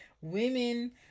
women